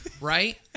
right